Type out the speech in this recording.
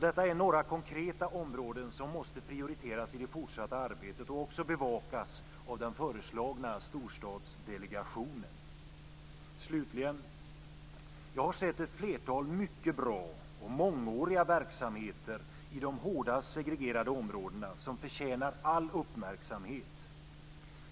Detta är några konkreta områden som måste prioriteras i det fortsatta arbetet och även bevakas av den föreslagna storstadsdelegationen. Slutligen: Jag har sett ett flertal mycket bra och mångåriga verksamheter i de hårdast segregerade områdena, som förtjänar all uppmärksamhet.